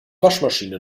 waschmaschine